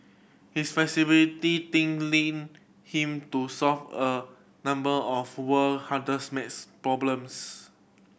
his flexible thinking led him to solve a number of world hardest maths problems